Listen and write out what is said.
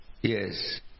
Yes